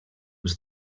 was